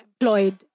employed